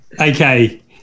okay